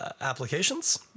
applications